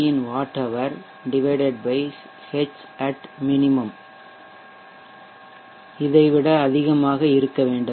யின் watt hour Hat minimum ஐ விட அதிகமாக இருக்க வேண்டும்